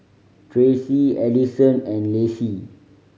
Tracie Adison and Lacie